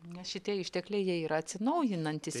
nes šitie ištekliai jie yra atsinaujinantys